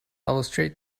illustrate